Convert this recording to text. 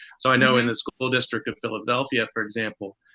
so i know in the school district of philadelphia, for example,